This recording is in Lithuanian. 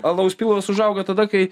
alaus pilvas užauga tada kai